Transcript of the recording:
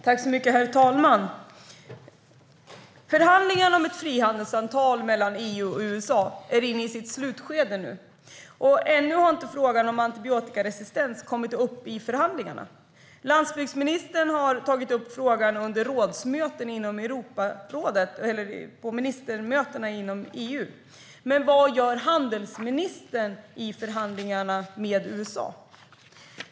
Herr talman! Förhandlingarna om ett frihandelsavtal mellan EU och USA är inne i sitt slutskede, och ännu har inte frågan om antibiotikaresistens kommit upp i förhandlingarna. Landsbygdsministern har tagit upp frågan på ministermötena i EU. Men vad gör handelsministern i förhandlingarna med USA?